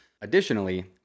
Additionally